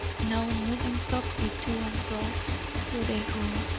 now moving softly to and fro through the room.